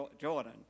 Jordan